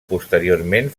posteriorment